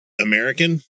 American